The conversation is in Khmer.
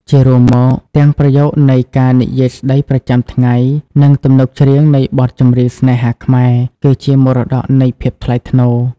ជារួមមក ទាំងប្រយោគនៃការនិយាយស្តីប្រចាំថ្ងៃ និងទំនុកច្រៀងនៃបទចម្រៀងស្នេហាខ្មែរ គឺជាមរតកនៃ "ភាពថ្លៃថ្នូរ"។